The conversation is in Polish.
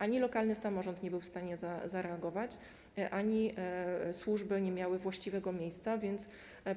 Ani lokalny samorząd nie był w stanie zareagować, ani służby nie miały właściwego miejsca, więc